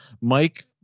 Mike